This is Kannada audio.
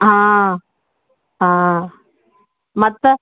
ಹಾಂ ಆಂ ಮತ್ತ